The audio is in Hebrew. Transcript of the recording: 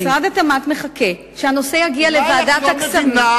משרד התמ"ת מחכה שהנושא יגיע לוועדת הכספים.